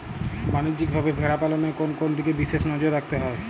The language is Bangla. বাণিজ্যিকভাবে ভেড়া পালনে কোন কোন দিকে বিশেষ নজর রাখতে হয়?